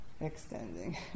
extending